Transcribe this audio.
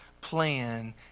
plan